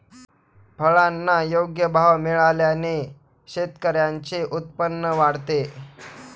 फळांना योग्य भाव मिळाल्याने शेतकऱ्यांचे उत्पन्न वाढते